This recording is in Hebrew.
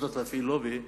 שיודעות להפעיל לובי,